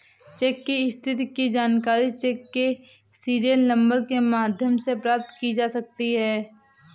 check की स्थिति की जानकारी चेक के सीरियल नंबर के माध्यम से प्राप्त की जा सकती है